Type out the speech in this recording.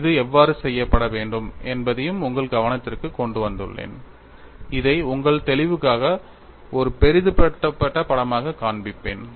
இது எவ்வாறு செய்யப்பட வேண்டும் என்பதையும் உங்கள் கவனத்திற்குக் கொண்டு வந்துள்ளேன் இதை உங்கள் தெளிவுக்காக ஒரு பெரிதாக்கப்பட்ட படமாகக் காண்பிப்பேன்